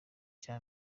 cya